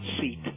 seat